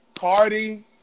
Cardi